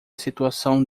situação